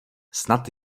snad